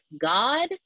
God